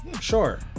Sure